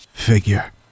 figure